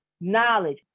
knowledge